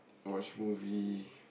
watch movie